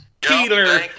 Keeler